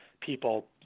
people